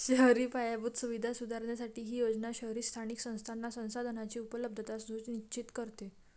शहरी पायाभूत सुविधा सुधारण्यासाठी ही योजना शहरी स्थानिक संस्थांना संसाधनांची उपलब्धता सुनिश्चित करते